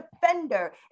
defender